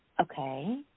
Okay